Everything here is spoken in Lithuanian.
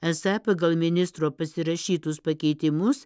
esą pagal ministro pasirašytus pakeitimus